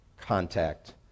contact